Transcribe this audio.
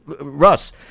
Russ